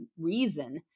reason